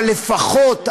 אבל לפחות,